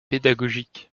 pédagogiques